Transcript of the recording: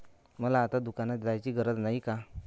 मला आता दुकानात जायची गरज नाही का?